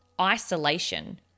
isolation